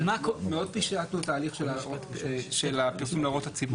מאוד פישטנו את ההליך של הפרסום להוראות הציבור.